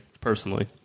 personally